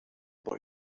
boy